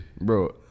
bro